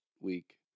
week